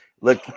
Look